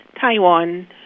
Taiwan